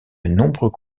nombreux